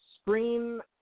Scream